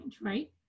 right